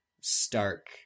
Stark